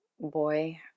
boy